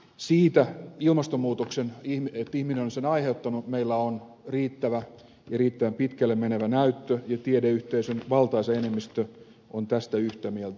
siitä että ihminen on ilmastonmuutoksen aiheuttanut meillä on riittävä ja riittävän pitkälle menevä näyttö ja tiedeyhteisön valtaisa enemmistö on tästä yhtä mieltä